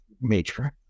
major